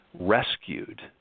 rescued